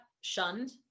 shunned